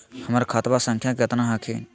हमर खतवा संख्या केतना हखिन?